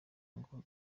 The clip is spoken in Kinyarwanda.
ngo